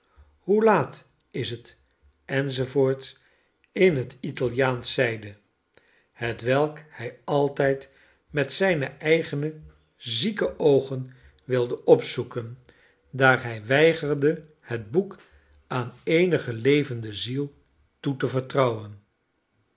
hoe laat is het enz in het italiaansch zeide hetwelkhij altijd met zijne eigene zieke oogen wilde opzoeken daar hij weigerde het boek aan eenige levende ziel toe te vertrouwen